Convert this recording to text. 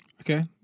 Okay